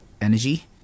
energy